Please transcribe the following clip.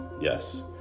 yes